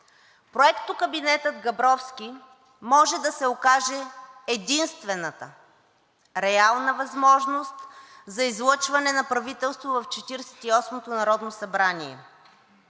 проектокабинетът Габровски може да се окаже единствената реална възможност за излъчване на правителство в Четиридесет